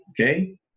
Okay